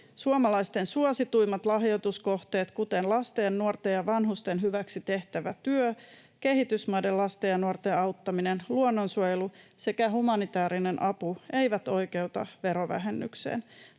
Suomalaisten suosituimmat lahjoituskohteet, kuten lasten, nuorten ja vanhusten hyväksi tehtävä työ, kehitysmaiden lasten ja nuorten auttaminen, luonnonsuojelu sekä humanitäärinen apu, eivät oikeuta verovähennykseen.